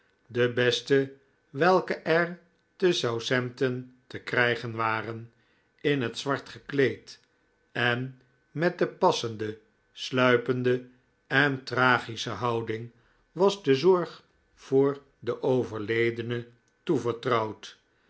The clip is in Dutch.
de beste welke er te southampton te krijgen waren in het zwart gekleed en met de passende sluipende en tragische houding was de zorg voor den overledene toevertrouwd